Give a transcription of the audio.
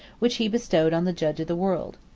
which he bestowed on the judge of the world.